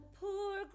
Poor